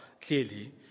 clearly